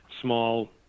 small